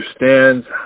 understands